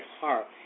heart